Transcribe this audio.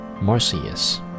Marcius